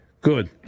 good